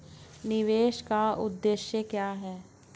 निवेश का उद्देश्य क्या है?